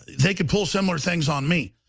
they could pull similar things on me